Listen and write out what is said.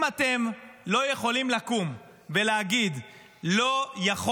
אם אתם לא יכולים לקום ולהגיד שלא יכול